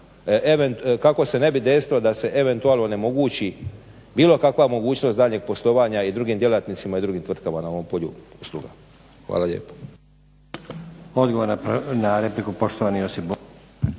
kako se ne bi desilo da se eventualno onemogući bilo kakva mogućnost daljnjeg poslovanja i drugim djelatnicima i drugim tvrtkama na ovom polju usluga. Hvala lijepo.